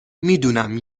میدونم